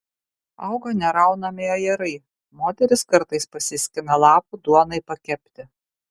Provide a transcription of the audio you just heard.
auga neraunami ajerai moterys kartais pasiskina lapų duonai pakepti